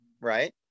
right